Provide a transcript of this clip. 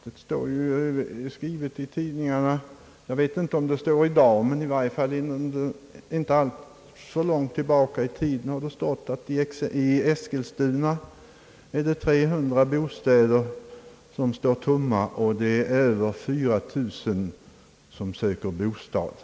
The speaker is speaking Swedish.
Det har stått i dagstidningarna — jag vet inte om det står i dag men i varje fall för inte så länge sedan — att 300 bostäder i Eskilstuna står tomma och att det är över 4 000 människor som söker bostad där.